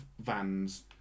vans